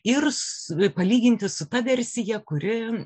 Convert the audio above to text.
ir s bei palyginti su ta versija kuri